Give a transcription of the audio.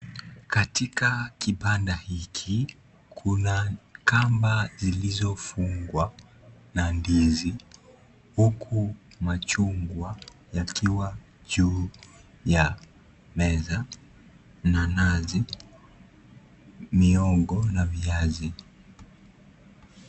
Katika kibanda hiki, kuna kamba zilizofungwa na ndizi, huku machungwa yakiwa juu ya meza. Nanasi, mihogo na viazi.